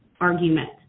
argument